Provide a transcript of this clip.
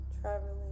traveling